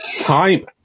Time